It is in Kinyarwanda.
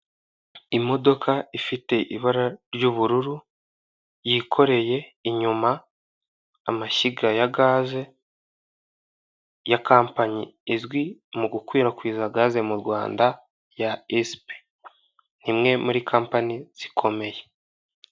Imodoka ifite ibara ry'ubururu yikoreye inyuma amashyiga ya gaz ya company izwi mu gukwirakwiza gaz mu Rwanda ya esp, ni imwe muri company zikomeye.